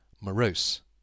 morose